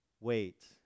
wait